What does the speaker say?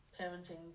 Parenting